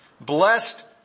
Blessed